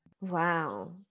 wow